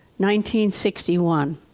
1961